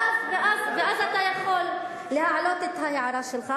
ואז אתה יכול להעלות את ההערה שלך.